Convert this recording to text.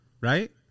Right